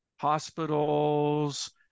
hospitals